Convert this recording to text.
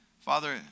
Father